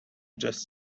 just